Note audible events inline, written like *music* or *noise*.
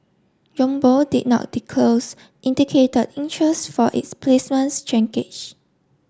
*unintelligible* did not disclose indicated interest for its placements *unintelligible*